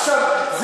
עכשיו,